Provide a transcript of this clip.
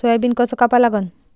Soybean कस कापा लागन?